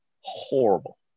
Horrible